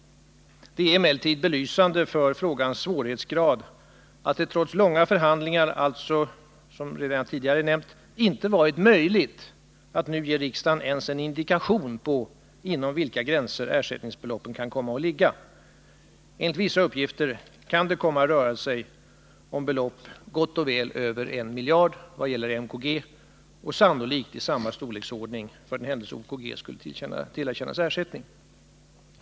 Det är emellertid belysande för frågans svårighetsgrad att det trots långa förhandlingar — som redan tidigare nämnts — inte varit möjligt att nu ge riksdagen ens en indikation om inom vilka gränser ersättningsbeloppen kan komma att ligga. Enligt vissa uppgifter kan det komma att röra sig om belopp gott och väl över en miljard kronor vad gäller MKG och sannolikt i samma storleksordning för den händelse att OKG skulle tillerkännas ersättning.